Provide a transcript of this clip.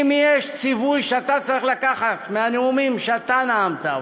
אם יש ציווי שאתה צריך לקחת מהנאומים שאתה נאמת,